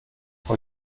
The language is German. vor